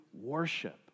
worship